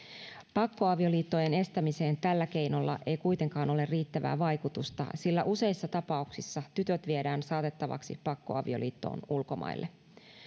pakkoavioliittojen estämiseen tällä keinolla ei kuitenkaan ole riittävää vaikutusta sillä useissa tapauksissa tytöt viedään saatettavaksi pakkoavioliittoon ulkomaille